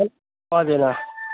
हजुर अँ